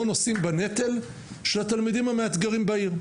נושאים בנטל של התלמידים המאתגרים בעיר,